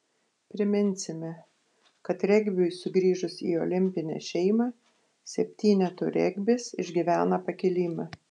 priminsime kad regbiui sugrįžus į olimpinę šeimą septynetų regbis išgyvena pakilimą